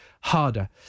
harder